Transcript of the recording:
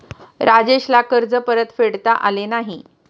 राजेशला कर्ज परतफेडता आले नाही